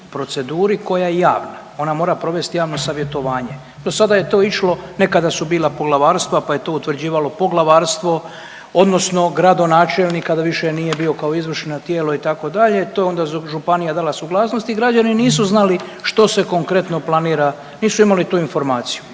proceduri koja je javna, ona mora provesti javno savjetovanje, dosada je to išlo, nekada su bila poglavarstva, pa je to utvrđivalo poglavarstvo odnosno gradonačelnik da više nije bio kao izvršno tijelo itd., to je onda županija dala suglasnost i građani nisu znali što se konkretno planira, nisu imali tu informaciju.